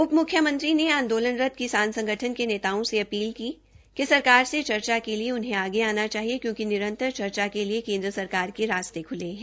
उपम्ख्यमंत्री ने आंदोलनरत किसान संगठन के नेताओं से अपील की कि सरकार से चर्चा के लिए उन्हें आगे आना चाहिए क्योंकि निरंतर चर्चा के लिए केंद्र सरकार के रास्ते ख्ले हैं